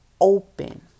open